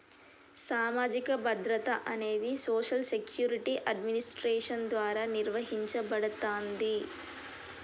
సామాజిక భద్రత అనేది సోషల్ సెక్యూరిటీ అడ్మినిస్ట్రేషన్ ద్వారా నిర్వహించబడతాంది